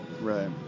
Right